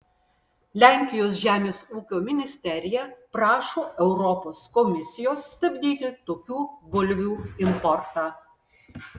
lenkijos žemės ūkio ministerija prašo europos komisijos stabdyti tokių bulvių importą